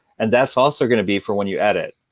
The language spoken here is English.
and that's also going to be for when you edit.